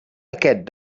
aquest